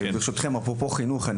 אפרופו חינוך,